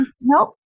Nope